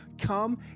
come